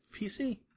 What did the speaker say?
PC